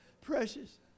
Precious